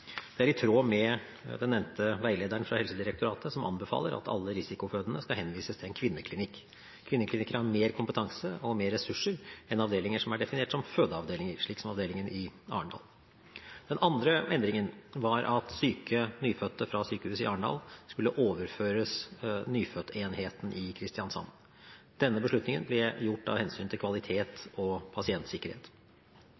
er i tråd med den nevnte veilederen fra Helsedirektoratet, som anbefaler at alle risikofødende skal henvises til en kvinneklinikk. Kvinneklinikker har mer kompetanse og mer ressurser enn avdelinger som er definert som fødeavdelinger, slik som avdelingen i Arendal. Den andre endringen var at syke nyfødte fra sykehuset i Arendal skulle overføres nyfødtenheten i Kristiansand. Denne beslutningen ble gjort av hensyn til kvalitet